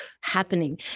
happening